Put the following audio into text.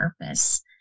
purpose